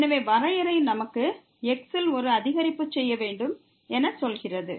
எனவே வரையறை நமக்கு x ல் ஒரு அதிகரிப்பு செய்ய வேண்டும் என சொல்கிறது